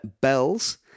Bells